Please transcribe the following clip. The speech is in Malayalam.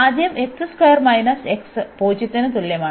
അതിനാൽ ആദ്യം 0 ന് തുല്യമാണ്